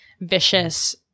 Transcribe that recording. vicious